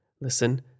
listen